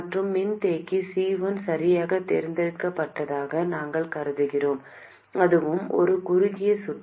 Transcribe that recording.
மற்றும் மின்தேக்கி C1 சரியாக தேர்ந்தெடுக்கப்பட்டதாக நாங்கள் கருதுகிறோம் அதுவும் ஒரு குறுகிய சுற்று